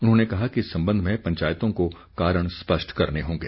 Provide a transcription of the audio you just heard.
उन्होंने कहा कि इस संबंध में पंचायतों को कारण स्पष्ट करने होंगे